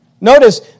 Notice